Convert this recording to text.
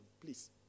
Please